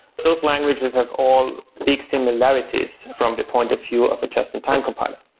but those languages have all big similarities from the point of view of a just-in-time compiler.